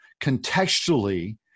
contextually